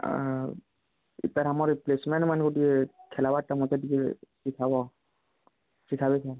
ଆଉ ସାର୍ ଆମର ଇଏ ପ୍ଲେସମେଣ୍ଟ ମାନେ ଖେଳିବା ମୋତେ ଟିକେ ସିଖାବ ସିଖାବ ସାର୍